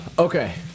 Okay